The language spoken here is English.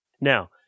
Now